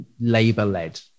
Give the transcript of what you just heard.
Labour-led